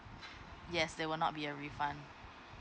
yes there will not be a refund